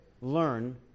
learn